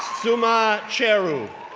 suma cheru,